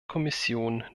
kommission